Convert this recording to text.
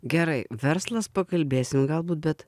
gerai verslas pakalbėsim galbūt bet